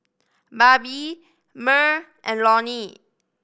Barbie Merl and Loni